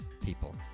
people